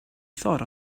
thought